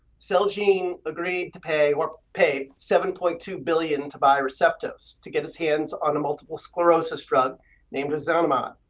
celgene agreed to pay, or paid seven point two billion dollars to buy receptos to get its hands on a multiple sclerosis drug named ozanimod.